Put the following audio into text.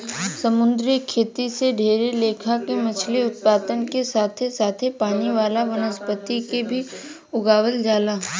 समुंद्री खेती से ढेरे लेखा के मछली उत्पादन के साथे साथे पानी वाला वनस्पति के भी उगावल जाला